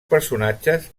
personatges